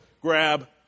grab